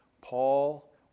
Paul